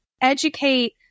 educate